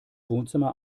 wohnzimmer